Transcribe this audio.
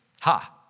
Ha